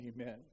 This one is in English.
amen